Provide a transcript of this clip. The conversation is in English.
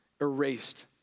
erased